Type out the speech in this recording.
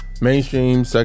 mainstream